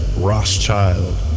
Rothschild